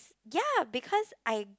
ya because I